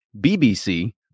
BBC